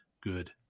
good